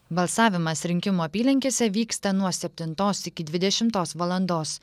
balsavimas rinkimų apylinkėse vyksta nuo septintos iki dvidešimtos valandos